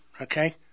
Okay